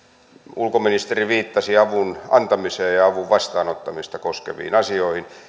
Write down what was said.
ulkoministeri viittasi avun antamista ja avun vastaanottamista koskeviin asioihin